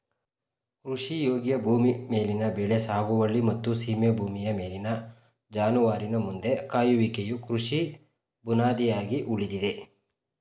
ಕೃಷಿಯೋಗ್ಯ ಭೂಮಿ ಮೇಲಿನ ಬೆಳೆ ಸಾಗುವಳಿ ಮತ್ತು ಸೀಮೆ ಭೂಮಿಯ ಮೇಲಿನ ಜಾನುವಾರಿನ ಮಂದೆ ಕಾಯುವಿಕೆಯು ಕೃಷಿ ಬುನಾದಿಯಾಗಿ ಉಳಿದಿದೆ